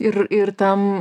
ir ir tam